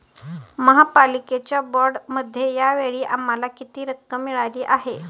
महापालिकेच्या बाँडमध्ये या वेळी आम्हाला किती रक्कम मिळाली आहे?